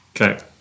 Okay